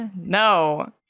No